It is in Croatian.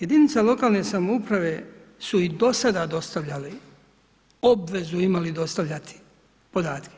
Jedinica lokalne samouprave su i do sada dostavljale obvezu imale dostavljati podatke.